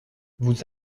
vous